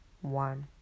one